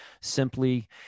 simply